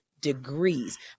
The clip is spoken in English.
degrees